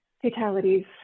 fatalities